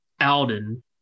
Alden